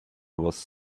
was